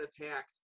attacked